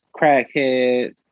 crackheads